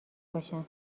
باشن